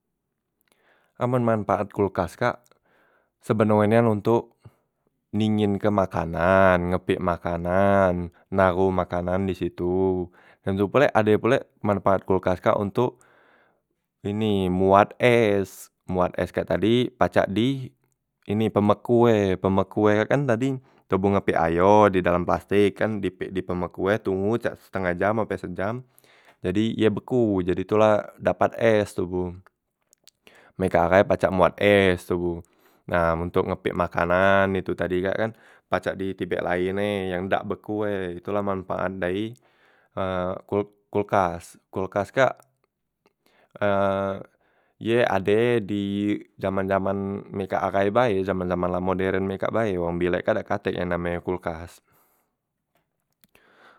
Amen manpaat kolkas kak sebeno e nian ontok dinginken makanan, nge pek makanan, naroh makanan disitu, dem tu pulek ade pulek manpaat kolkas kak ontok ini moat es moat es kak tadi pacak di ini pembeku e, pembeku e kan tadi toboh nge pek ayo di dalam plastik kan di pek di pembeku e tunggo cak setengah jam ape sejam jadi ye beku jadi tu la dapat es toboh, meka ahai pacak boat es toboh. Nah ontok nge pek makanan itu tadi kak kan pacak di tibek lain e yang dak beku e. Tu la manpaat dayi kol kolkas, kolkas kak ye ade di jaman- jaman meka ahai bae jaman- jaman la modern e kak bae wong bilek kan dak katek yang name e kolkas.